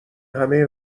همه